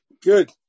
Good